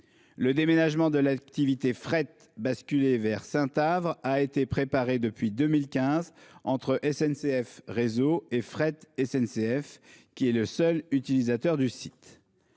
Le déménagement de l'activité de fret, basculée vers Saint-Avre, a été préparé depuis 2015 entre SNCF Réseau et Fret SNCF, qui est le seul utilisateur du site.